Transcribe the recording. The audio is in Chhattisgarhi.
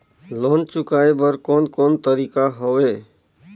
लोन चुकाए बर कोन कोन तरीका हवे?